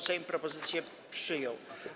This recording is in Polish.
Sejm propozycję przyjął.